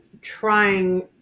trying